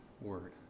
word